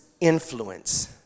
influence